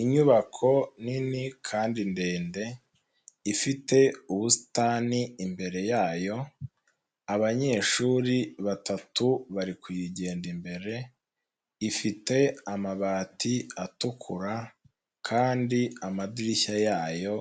Inyubako nini kandi ndende ifite ubusitani imbere yayo, abanyeshuri batatu bari kuyigenda imbere, ifite amabati atukura kandi amadirishya yayo